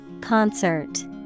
Concert